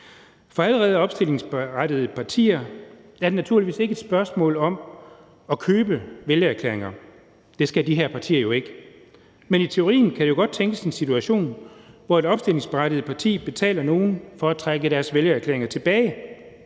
For allerede opstillingsberettigede partier er det naturligvis ikke et spørgsmål om at købe vælgererklæringer, for det skal de her partier jo ikke, men i teorien kan man godt tænke sig til en situation, hvor et opstillingsberettiget parti betaler nogen for at trække deres vælgererklæringer tilbage.